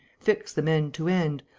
fix them end to end,